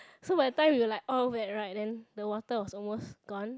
so when the time we're like all wet right then the water was almost gone